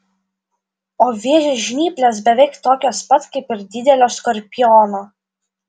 o vėžio žnyplės beveik tokios pat kaip ir didelio skorpiono